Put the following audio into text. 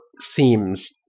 seems